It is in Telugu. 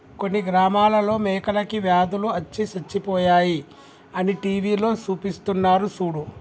కొన్ని గ్రామాలలో మేకలకి వ్యాధులు అచ్చి సచ్చిపోయాయి అని టీవీలో సూపిస్తున్నారు సూడు